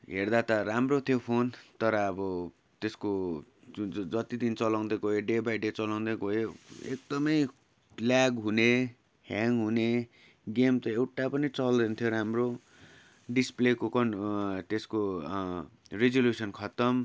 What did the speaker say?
हेर्दा त राम्रो त्यो फोन तर अब त्यसको जुन जुन जति दिन चलाउँदै गयो डे बाई डे चलाउँदै गयो एकदमै ब्ल्याक हुने ह्याङ हुने गेम त एउटा पनि चल्दैन थियो राम्रो डिस्प्लेको कन् त्यसको रिजुल्युसन खत्तम